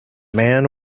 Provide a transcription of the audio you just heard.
man